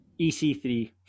EC3